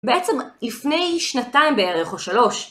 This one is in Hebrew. בעצם לפני שנתיים בערך או שלוש